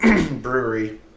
brewery